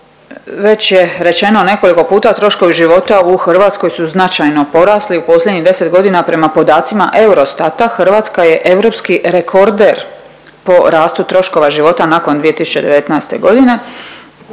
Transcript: Već je rečeno nekoliko puta troškovi života u Hrvatskoj su značajno porasli u posljednjih 10 godina. Prema podacima Eurostata Hrvatska je europski rekorder po rastu troškova života nakon 2019. godine.